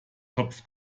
topf